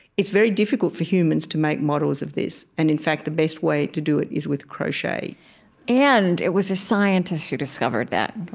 it's very difficult for humans to make models of this. and in fact, the best way to do it is with crochet and it was a scientist who discovered that,